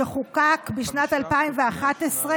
שחוקק בשנת 2011,